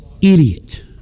idiot